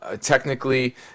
technically